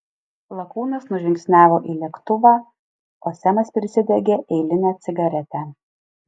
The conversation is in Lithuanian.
lakūnas nužingsniavo į lėktuvą o semas prisidegė eilinę cigaretę